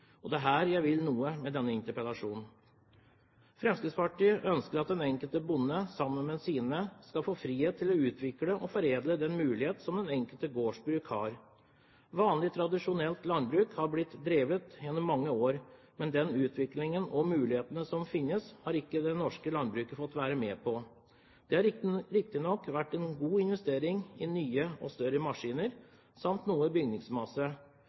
Og det er hit jeg vil med denne interpellasjonen. Fremskrittspartiet ønsker at den enkelte bonde, sammen med sine, skal få frihet til å utvikle og foredle den mulighet som det enkelte gårdsbruk har. Vanlig, tradisjonelt landbruk har blitt drevet gjennom mange år, men den utviklingen og de mulighetene som finnes, har ikke det norske landbruket fått være med på. Det har riktignok vært en god investering i nye og større maskiner samt noe bygningsmasse,